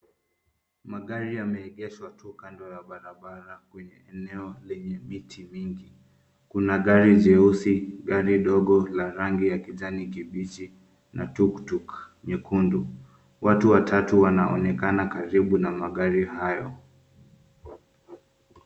Magari yameegeshwa tu kando ya barabara kwenye eneo lenye miti mingi. Kuna gari jeusi, gari ndogo la rangi ya kijani kibichi na tuktuk nyekundu. Watu watatu wanaonekana karibu na magari hayo.